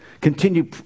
Continue